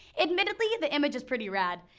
admittedly, the image is pretty rad.